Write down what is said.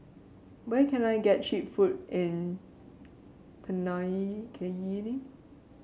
where can I get cheap food in Cayenne